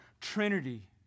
Trinity